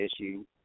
issue